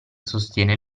sostiene